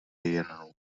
jen